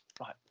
Right